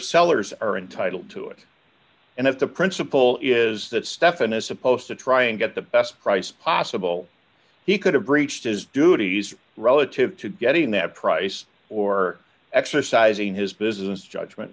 sellers are entitled to it and if the principle is that stephan is supposed to try and get the best price possible he could have breached his duties relative to getting that price or exercising his business judgment